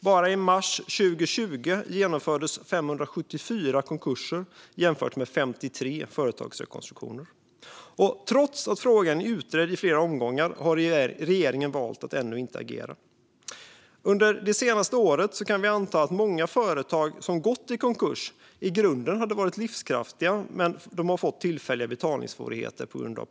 Bara i mars 2020 genomfördes 574 konkurser, vilket kan jämföras med 53 företagsrekonstruktioner. Trots att frågan i flera omgångar är utredd har regeringen valt att ännu inte agera. Vi kan anta att många företag som har gått i konkurs under det senaste året i grunden hade varit livskraftiga, men de har på grund av pandemin fått tillfälliga betalningssvårigheter.